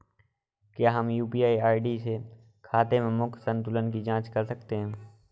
क्या हम UPI ID से खाते के मूख्य संतुलन की जाँच कर सकते हैं?